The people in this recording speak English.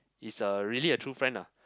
it's a really a true friend lah